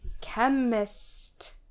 chemist